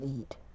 eat